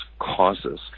causes